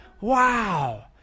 Wow